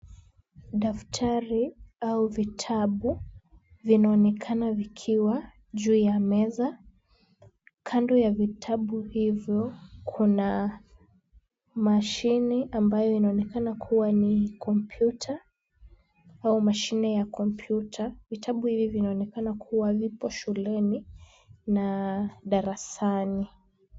Daftari au vitabu vinaonekana vikiwa juu ya meza. Kando ya vitabu hivo kuna mashine ambayo inaonekana kuwa ni kompyuta au mashine ya kompyuta. Vitabu hivi vinaonekana kuwa vipo shuleni na darasani.